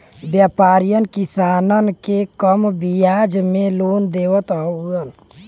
व्यापरीयन किसानन के कम बियाज पे लोन देवत हउवन